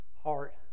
heart